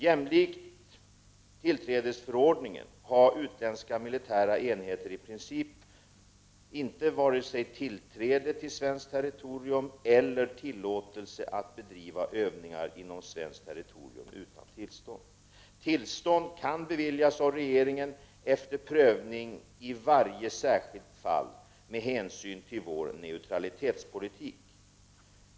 Jämlikt tillträdesförordningen har utländska militära enheter i princip inte vare sig tillträde till svenskt territorium eller tillåtelse att bedriva övningar inom svenskt territorium utan tillstånd. Tillstånd kan beviljas av regeringen efter prövning i varje särskilt fall med hänsyn till vår neutralitetspolitik.